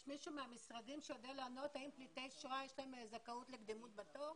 יש מישהו מהמשרדים שיודע לענות האם לפליטי שואה יש זכאות לקדימות בתור?